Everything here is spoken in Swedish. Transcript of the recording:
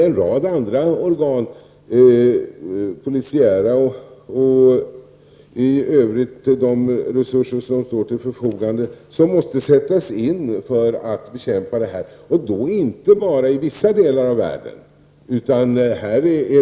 En rad andra organ, t.ex. poliiära, och i övrigt de resurser som står till förfogande måste sättas in vid bekämpningen — inte bara i vissa delar av världen.